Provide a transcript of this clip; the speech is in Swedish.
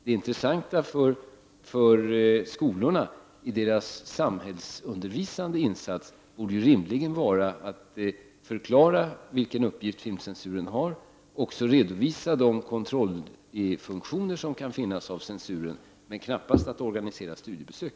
Det intressanta för skolorna i deras samhällsundervisande insats borde rimligen vara att förklara vilken uppgift filmcensuren har och att redovisa de kontrollfunktioner som kan finnas inom ramen för censurverksamheten, men knappast att organisera studiebesök.